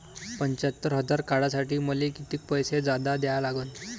पंच्यात्तर हजार काढासाठी मले कितीक पैसे जादा द्या लागन?